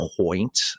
point